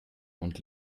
und